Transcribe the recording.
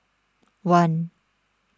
one